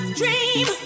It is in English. dream